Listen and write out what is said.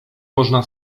można